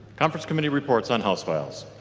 conference committee reports on house files